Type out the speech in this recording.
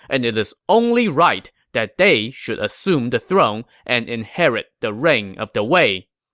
and it is only right that they should assume the throne and inherit the reign of the wei.